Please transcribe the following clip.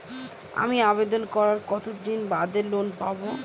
আমি আবেদন করার কতদিন বাদে লোন পাব?